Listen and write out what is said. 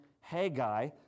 Haggai